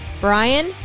brian